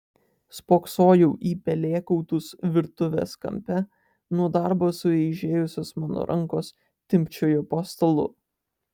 spoksojau į pelėkautus virtuves kampe nuo darbo sueižėjusios mano rankos timpčiojo po stalu